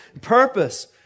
purpose